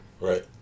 right